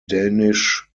danish